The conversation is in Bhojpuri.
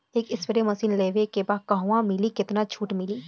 एक स्प्रे मशीन लेवे के बा कहवा मिली केतना छूट मिली?